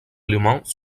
allemands